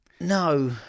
No